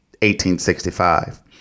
1865